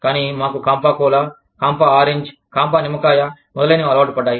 కానీ మాకు కాంపా కోలా కాంపా ఆరెంజ్ కాంపా నిమ్మకాయ మొదలైనవి అలవాటు పడ్డాయి